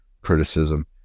criticism